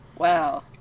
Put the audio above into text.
Wow